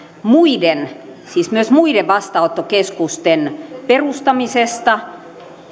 muiden siis myös muiden vastaanottokeskusten perustamisesta